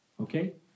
okay